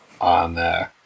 on